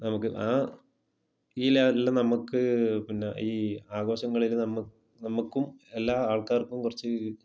നമുക്ക് ആ ഈ ലാലിൽ നമുക്ക് പിന്നെ ഈ ആഘോഷങ്ങളിൽ നമുക്ക് നമുക്കും എല്ലാ ആൾക്കാർക്കും കുറച്ച്